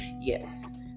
yes